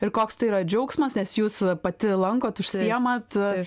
ir koks tai yra džiaugsmas nes jūs pati lankot užsiemat